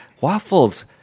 waffles